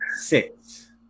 Six